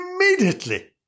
immediately